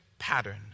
pattern